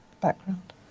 background